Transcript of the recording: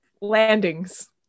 landings